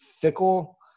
fickle